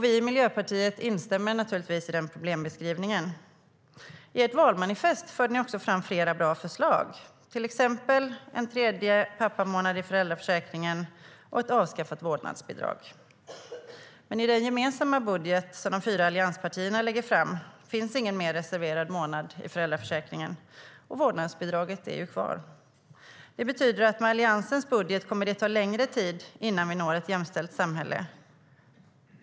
Vi i Miljöpartiet instämmer naturligtvis i den problembeskrivningen.I ert valmanifest förde ni också fram flera bra förslag, till exempel en tredje pappamånad i föräldraförsäkringen och ett avskaffat vårdnadsbidrag. Men i den gemensamma budget som de fyra allianspartierna lägger fram finns ingen mer reserverad månad i föräldraförsäkringen och vårdnadsbidraget är kvar. Det betyder att med Alliansens budget kommer det att ta längre tid innan vi når ett jämställt samhälle.